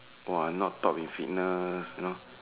[wah] I'm not top in fitness you know